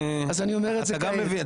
אז אני אומר את זה כעת.